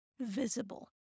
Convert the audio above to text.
visible